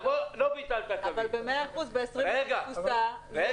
אבל ב-100 אחוזים ב-20 אחוזי תפוסה.